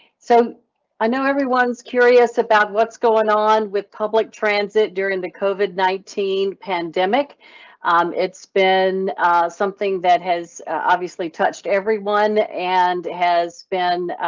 so i know everyone curious about what's going on with public transit during the covid nineteen. in pandemic um it's been something that has obviously touched everyone and has been.